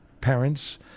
parents